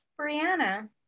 Brianna